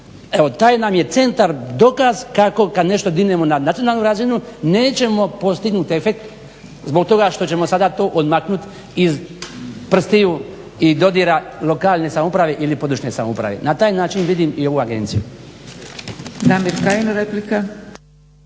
Taj nam je centar dokaz kako kad nešto dignemo na nacionalnu razinu nećemo postignut efekt zbog toga što ćemo sada to odmaknut iz prstiju i dodira lokalne samouprave ili područne samouprave. Na taj način vidim i ovu agenciju.